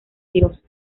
dios